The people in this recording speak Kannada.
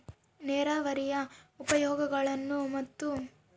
ನೇರಾವರಿಯ ಉಪಯೋಗಗಳನ್ನು ಮತ್ತು?